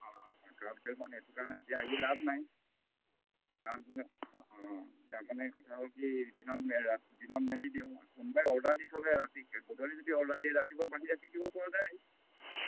অঁ কাৰ কিমান মানে সেইটো কাৰণে এতিয়া আহি লাভ নাই কাৰণ অঁ তাৰমানে কথা হ'ল কি দিনত দিনত মেলি দিওঁ কোনবাই অৰ্ডাৰ দি থ'লে ৰাতি গধূলি যদি অৰ্ডাৰ দিয়ে ৰাতিপুৱা বান্ধি ৰাখি দিবপৰা যায়